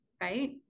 right